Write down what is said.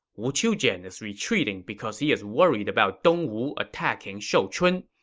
wu qiujian is retreating because he is worried about dongwu attacking shouchun.